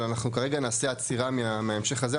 אבל אנחנו כרגע נעשה עצירה מההמשך הזה.